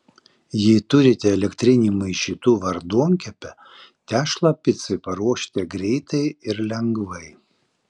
jei turite elektrinį maišytuvą ar duonkepę tešlą picai paruošite greitai ir lengvai